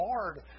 hard